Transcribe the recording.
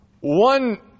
one